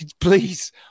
Please